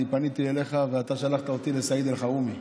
אני פניתי אליך ואתה שלחת אותי לסעיד אלחרומי.